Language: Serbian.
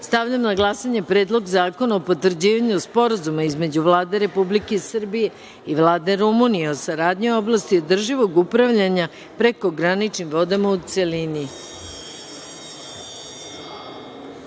zakona. Stavljam na glasanje Predlog Zakona o potvrđivanju Sporazuma između Vlade Republike Srbije i Vlade Rumunije o saradnji u oblasti održivog upravljanja prekograničnim vodama, u